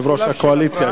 יושב-ראש הקואליציה,